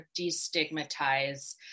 destigmatize